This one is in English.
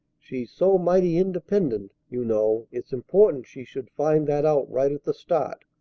she's so mighty independent, you know, it's important she should find that out right at the start.